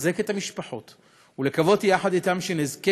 לחזק את המשפחות ולקוות יחד אתם שנזכה